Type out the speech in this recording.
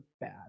bad